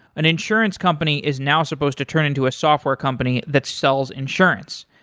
an insurance company is now supposed to turn into a software company that sells insurance.